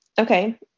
Okay